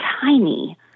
tiny